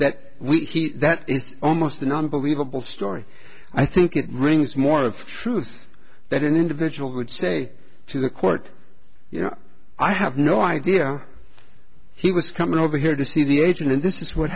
that we that is almost an unbelievable story i think it rings more of truth that an individual would say to the court you know i have no idea he was coming over here to see the agent and this is what